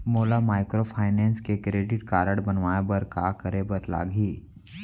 मोला माइक्रोफाइनेंस के credit card बनवाए बर का करे बर लागही?